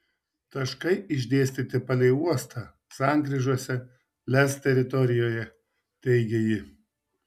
taškai išdėstyti palei uostą sankryžose lez teritorijoje teigė ji